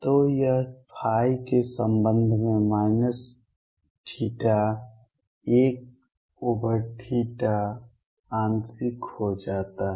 तो यह ϕ के संबंध में माइनस थीटा 1 ओवर पाप थीटा आंशिक हो जाता है